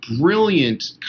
brilliant